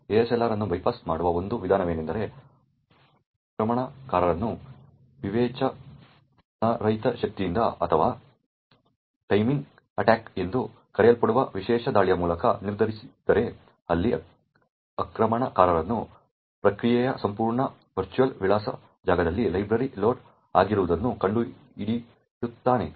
ASLR ಅನ್ನು bypass ಮಾಡುವ ಒಂದು ವಿಧಾನವೆಂದರೆ ಆಕ್ರಮಣಕಾರನು ವಿವೇಚನಾರಹಿತ ಶಕ್ತಿಯಿಂದ ಅಥವಾ ಟೈಮಿಂಗ್ ಅಟ್ಯಾಕ್ ಎಂದು ಕರೆಯಲ್ಪಡುವ ವಿಶೇಷ ದಾಳಿಯ ಮೂಲಕ ನಿರ್ಧರಿಸಿದರೆ ಅಲ್ಲಿ ಆಕ್ರಮಣಕಾರನು ಪ್ರಕ್ರಿಯೆಯ ಸಂಪೂರ್ಣ ವರ್ಚುವಲ್ ವಿಳಾಸ ಜಾಗದಲ್ಲಿ ಲೈಬ್ರರಿ ಲೋಡ್ ಆಗಿರುವುದನ್ನು ಕಂಡುಹಿಡಿಯುತ್ತಾನೆ